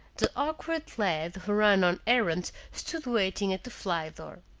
the awkward lad who ran on errands stood waiting at the fly door.